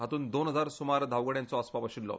हांतूत दोन हजार स्मार धांवगड्यांचो आसपाव आशिल्लो